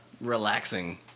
relaxing